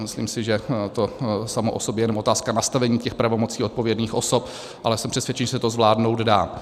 Myslím si, že to samo o sobě je jen otázka nastavení těch pravomocí odpovědných osob, ale jsem přesvědčen, že se to zvládnout dá.